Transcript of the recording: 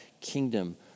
kingdom